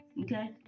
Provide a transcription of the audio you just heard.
okay